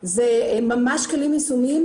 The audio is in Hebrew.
זה ממש כלים יישומיים,